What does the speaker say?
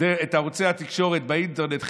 את ערוצי התקשורת באינטרנט חינם,